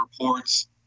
reports